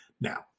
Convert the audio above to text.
Now